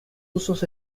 usos